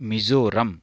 Mizoram